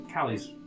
Callie's